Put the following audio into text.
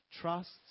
trusts